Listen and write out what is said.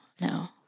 no